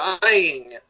dying